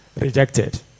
Rejected